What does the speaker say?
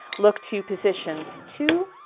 look to positions two,